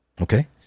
okay